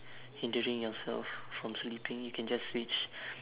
hindering yourself from sleeping you can just switch